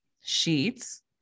Sheets